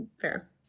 Fair